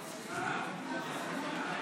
לסעיף 1 לא נתקבלה.